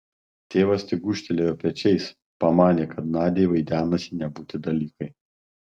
tėvas tik gūžtelėjo pečiais pamanė kad nadiai vaidenasi nebūti dalykai